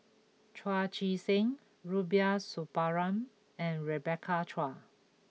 Chu Chee Seng Rubiah Suparman and Rebecca Chua